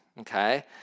okay